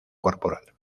corporal